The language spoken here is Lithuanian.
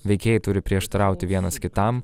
veikėjai turi prieštarauti vienas kitam